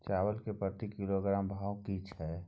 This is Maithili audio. चावल के प्रति किलोग्राम भाव की छै?